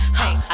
hey